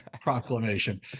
proclamation